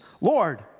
Lord